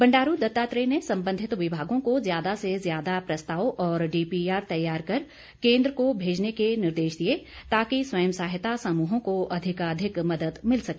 बंडारू दत्तात्रेय ने संबंधित विभागों को ज्यादा से ज्यादा प्रस्ताव और डीपीआर तैयार कर केन्द्र को भेजने के निर्देश दिए ताकि स्वयं सहायता समूहों को अधिकाधिक मदद मिल सके